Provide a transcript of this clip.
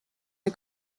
der